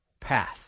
path